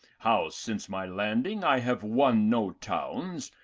how since my landing i have won no towns,